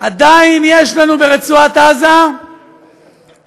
עדיין יש לנו ברצועת עזה אחים,